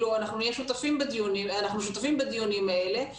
אנחנו שותפים בדיונים האלה,